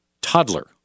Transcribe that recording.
toddler